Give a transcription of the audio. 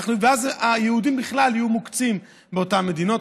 ואז היהודים בכלל יהיו מוקצים באותן מדינות.